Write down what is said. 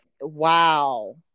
wow